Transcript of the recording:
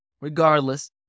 regardless